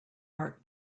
art